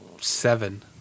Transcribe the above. seven